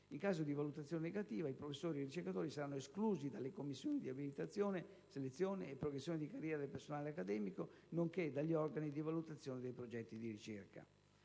In caso di valutazione negativa i professori e i ricercatori saranno esclusi dalle commissioni di abilitazione, selezione e progressione di carriera del personale accademico, nonché dagli organi di valutazione dei progetti di ricerca.